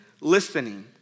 listening